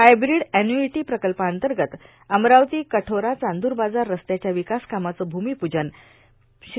hybrid annuity प्रकल्पांतगत अमरावती कठोरा चांदूर बाजार रस्त्याच्या र्यावकासकामाचे भूर्ममपूजन श्री